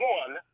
one